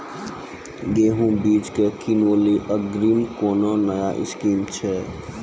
गेहूँ बीज की किनैली अग्रिम कोनो नया स्कीम छ?